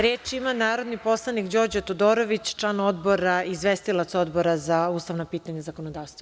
Reč ima narodni poslanik Đorđe Todorović, član Odbora i izvestilac Odbora za ustavna pitanja i zakonodavstvo.